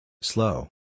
Slow